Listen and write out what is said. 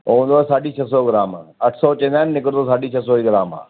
हो हूंदो आहे साढी छह सौ ग्राम अठ सौ चवंदा आहिनि निकिरंदो साढी छह सौ ई ग्राम आहे